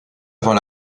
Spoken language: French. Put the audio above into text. avant